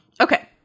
okay